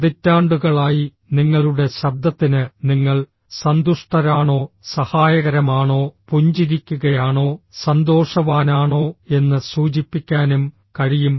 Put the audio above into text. പതിറ്റാണ്ടുകളായി നിങ്ങളുടെ ശബ്ദത്തിന് നിങ്ങൾ സന്തുഷ്ടരാണോ സഹായകരമാണോ പുഞ്ചിരിക്കുകയാണോ സന്തോഷവാനാണോ എന്ന് സൂചിപ്പിക്കാനും കഴിയും